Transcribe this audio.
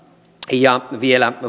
ja vielä